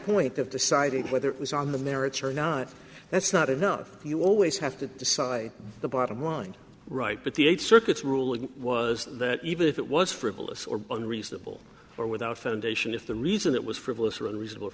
point of deciding whether it was on the merits or not that's not enough you always have to decide the bottom line right but the eight circuits ruling was that even if it was frivolous or on reasonable or without foundation if the reason it was frivolous or unreasonable